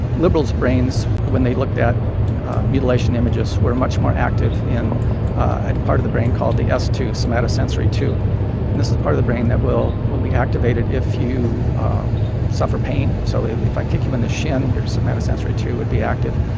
liberals' brains, when they looked at mutilation images, were much more active in a part of the brain called the s two, somatosensory two. and this is part of the brain that will will be activated if you suffer pain. so if if i kick you in the shin, your somatosensory two would be active.